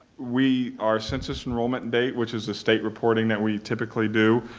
we our census enrollment date, which is the state reporting that we typically do,